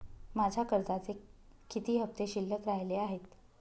माझ्या कर्जाचे किती हफ्ते शिल्लक राहिले आहेत?